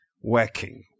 working